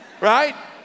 Right